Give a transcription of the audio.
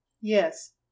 Yes